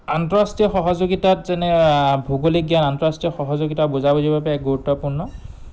আন্তঃৰাষ্ট্ৰীয় সহযোগিতাত যেনে ভৌগোলিক জ্ঞান আন্তঃৰাষ্ট্ৰীয় সহযোগিতা বুজাবুজিব বাবে এক গুৰুত্বপূৰ্ণ